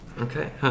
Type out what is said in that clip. Okay